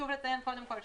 מה שחשוב להבין,